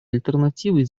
альтернативой